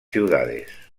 ciudades